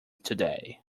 today